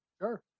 Sure